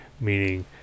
meaning